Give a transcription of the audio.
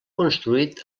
construït